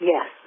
Yes